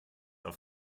auf